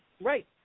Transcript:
Right